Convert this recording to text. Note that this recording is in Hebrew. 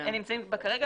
נמצאים בה כרגע.